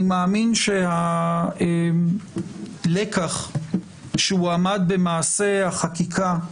אני מאמין שהלקח שהועמד במעשה החקיקה,